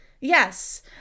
Yes